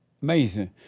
Amazing